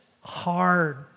hard